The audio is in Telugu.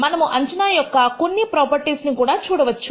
మనము అంచనా యొక్క కొన్ని ప్రాపర్టీస్ కూడా చూడవచ్చు